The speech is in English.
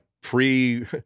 pre